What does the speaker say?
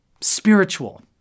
Spiritual